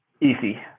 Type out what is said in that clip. easy